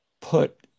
put